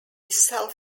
self